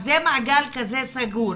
אז זה מעגל כזה סגור.